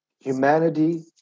humanity